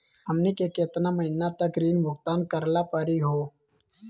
हमनी के केतना महीनों तक ऋण भुगतान करेला परही हो?